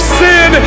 sin